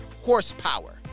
horsepower